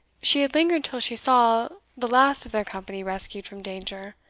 she had lingered till she saw the last of their company rescued from danger,